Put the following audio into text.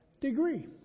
degree